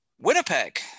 Winnipeg